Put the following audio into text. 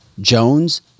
Jones